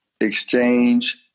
exchange